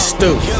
Stoop